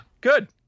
good